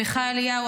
עמיחי אליהו,